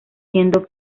siendo